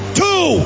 two